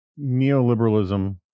neoliberalism